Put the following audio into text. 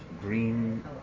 green